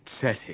setting